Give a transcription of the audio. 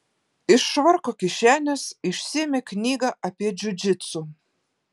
iš švarko kišenės išsiėmė knygą apie džiudžitsu